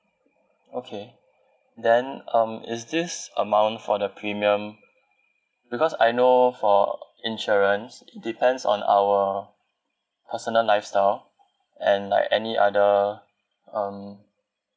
okay then um is this amount for the premium because I know for insurance it depends on our personal lifestyle and like any other um